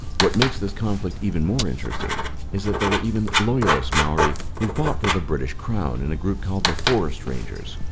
what makes this conflict even more interesting is that there were even loyalist maori who fought for the british crown in a group called the forest rangers.